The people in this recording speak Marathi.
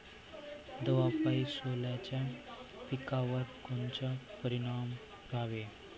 दवापायी सोल्याच्या पिकावर कोनचा परिनाम व्हते?